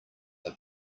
are